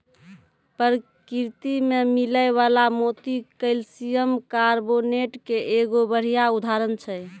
परकिरति में मिलै वला मोती कैलसियम कारबोनेट के एगो बढ़िया उदाहरण छै